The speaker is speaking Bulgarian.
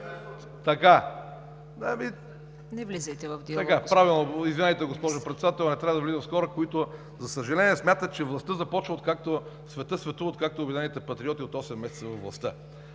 Не влизайте в диалог.